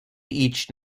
each